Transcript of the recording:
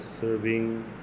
serving